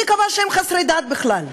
מי קבע שהם חסרי דת בכלל?